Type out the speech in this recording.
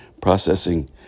processing